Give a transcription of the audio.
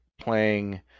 playing